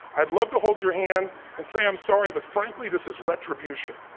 i'd love to hold your hand and say i'm sorry but frankly this is retribution.